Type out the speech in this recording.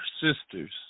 sisters